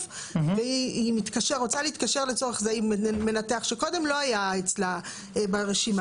והיא רוצה להתקשר לצורך זה עם מנתח שקודם לא היה אצלה ברשימה.